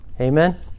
Amen